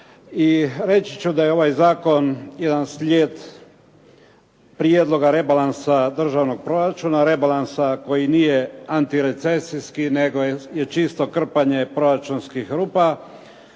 reći ću da je ovaj zakon jedan slijed prijedloga rebalansa državnog proračuna, rebalansa koji nije antirecesijski, nego je čisto krpanje proračunski rupa